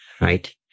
Right